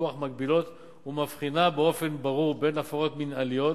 פיקוח מקבילות ומבחינה באופן ברור בין הפרות מינהליות